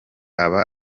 aba